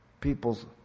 peoples